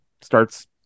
starts